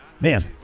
Man